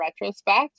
retrospect